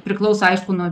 priklauso aišku nuo